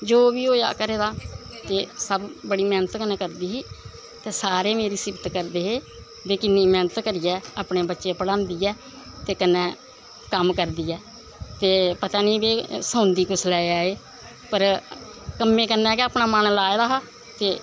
जो बी होएआ घरै दा ते सब बड़ी मैह्नत कन्नै करदी ही ते सारे मेरी सिफ्त करदे हे जे किन्नी मेह्नत करियै अपने बच्चे पढ़ांदी ऐ ते कन्नै कम्म करदी ऐ ते पता नेई भई सौंदी कुसलै ऐ पर कम्मै कन्नै गै अपना मन लाए दा हा ते